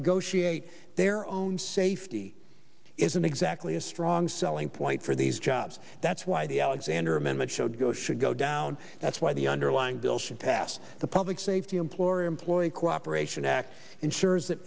negotiate their own safety isn't exactly a strong selling point for these jobs that's why the alexander amendment showed go should go down that's why the underlying bill should pass the public safety employer employee cooperation act ensures that